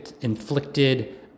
inflicted